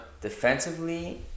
Defensively